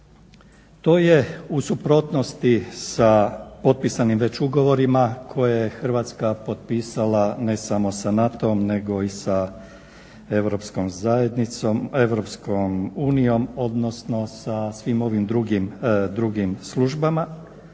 To je u suprotnosti sa potpisanim već ugovorima koje je Hrvatska potpisala ne samo sa NATO-om nego i sa EU, odnosno sa svim ovim drugim službama,